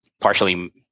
partially